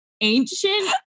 ancient